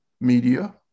media